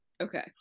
okay